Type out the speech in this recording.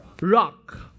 rock